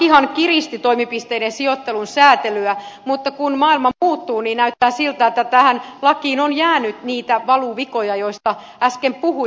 lakihan kiristi toimipisteiden sijoittelun säätelyä mutta kun maailma muuttuu niin näyttää siltä että tähän lakiin on jäänyt niitä valuvikoja joista äsken puhuin